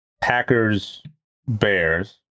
Packers-Bears